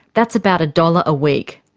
that's about a dollar a week.